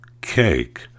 cake